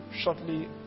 shortly